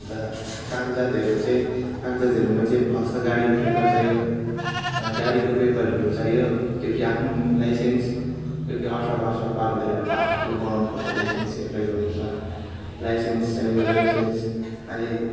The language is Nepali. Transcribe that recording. अन्त कागजातहरू चाहिँ कागजातहरूमा चाहिँ फर्स्ट त गाडीको पेपर चाहियो अनि गाडीको पेपरहरू चाहियो त्योपिच्छे आफ्नो पनि लाइसेन्स जो कि अठार बर्ष पार भएर पा आफूले बनाउनु पर्छ लाइसेन्स एप्लाई गर्नु पर्छ लाइसेन्स चाहियो लाइसेन्स अझै